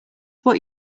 what